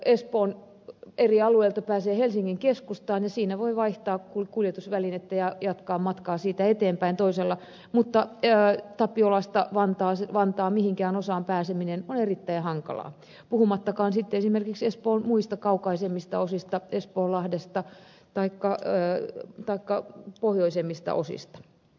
espoon eri alueilta pääsee helsingin keskustaan ja siellä voi vaihtaa kuljetusvälinettä ja jatkaa matkaa siitä eteenpäin toisella mutta tapiolasta vantaan mihinkään osaan pääseminen on erittäin hankalaa puhumattakaan sitten esimerkiksi espoon muista kaukaisemmista osista espoonlahdesta taikka pohjoisemmista osista